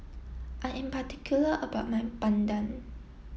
I am particular about my Bandung